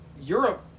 Europe